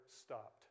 stopped